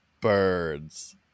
birds